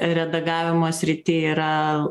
redagavimo srity yra